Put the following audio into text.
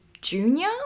Junior